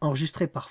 devoir accompli a près